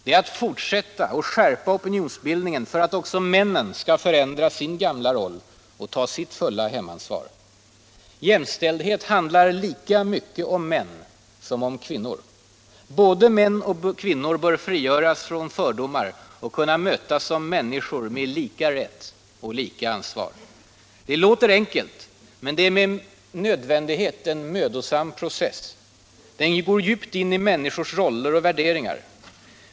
Vi måste fortsätta och skärpa opinionsbildningen för att också männen skall förändra sin gamla roll och ta sitt fulla hemansvar. Jämställdhet handlar lika mycket om män som om kvinnor. Både män och kvinnor bör frigöras från fördomar och kunna mötas som människor med lika rätt och lika ansvar. Det låter enkelt. Men det är med nödvändighet en mödosam process. Den går djupt in i människors roller och värderingar.